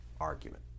argument